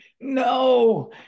No